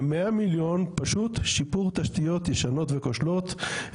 ו-100 מיליון פשוט שיפור תשתיות ישנות וכושלות,